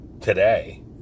today